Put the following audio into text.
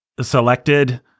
selected